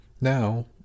Now